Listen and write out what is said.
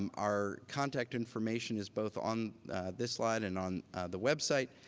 um our contact information is both on this slide and on the website.